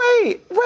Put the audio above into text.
wait